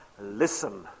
Listen